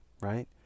Right